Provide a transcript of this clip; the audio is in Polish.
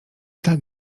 tak